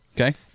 Okay